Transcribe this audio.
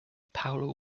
paolo